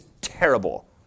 terrible